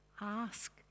Ask